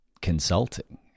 consulting